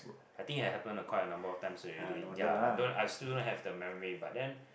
I think it had happened ah quite a number of times already ya I don't I still don't have the memory but then